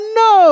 no